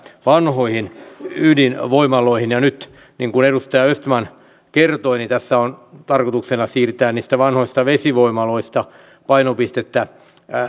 vanhoihin ydinvoimaloihin ja kun nyt niin kuin edustaja östman kertoi tässä on tarkoituksena siirtää niistä vanhoista vesivoimaloista painopistettä